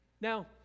Now